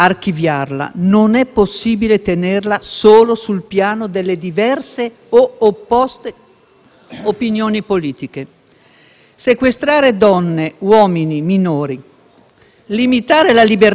opinioni politiche. Sequestrare donne, uomini, minori, limitare la libertà personale è una forma di violenza sulla persona che non può in nessuna occasione